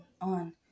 on